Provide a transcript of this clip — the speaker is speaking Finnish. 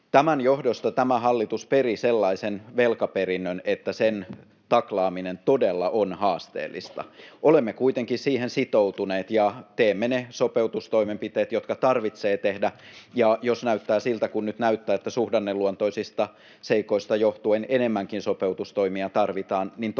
Tämän johdosta tämä hallitus peri sellaisen velkaperinnön, että sen taklaaminen on todella haasteellista. Olemme kuitenkin siihen sitoutuneet ja teemme ne sopeutustoimenpiteet, jotka tarvitsee tehdä. Ja jos näyttää siltä, niin kuin nyt näyttää, että suhdanneluontoisista seikoista johtuen enemmänkin sopeutustoimia tarvitaan, niin toki